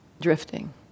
drifting